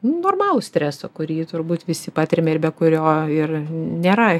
normalų stresą kurį turbūt visi patiriame ir be kurio ir nėra